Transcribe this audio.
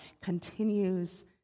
continues